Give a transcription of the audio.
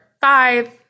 five